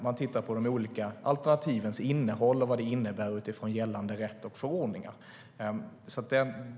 Man tittar på de olika alternativens innehåll och vad det innebär med gällande rätt och förordningar.